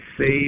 save